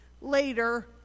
Later